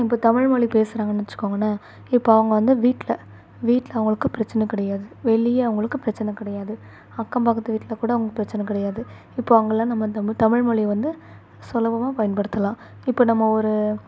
இப்போ தமிழ்மொழி பேசுகிறாங்கன்னு வச்சிக்கோங்களேன் இப்போ அவங்க வந்து வீட்டில வீட்டில அவங்களுக்கு பிரச்சனை கிடையாது வெளியே அவங்களுக்கு பிரச்சனை கிடையாது அக்கம் பக்கத்து வீட்டில கூட அவங்களுக்கு பிரச்சனை கிடையாது இப்போ அவங்கள்லாம் நம்ம தமிழ் தமிழ்மொழிய வந்து சுலபமா பயன்படுத்தலாம் இப்போ நம்ம ஒரு